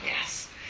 Yes